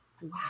Wow